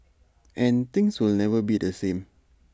and things will never be the same